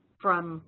from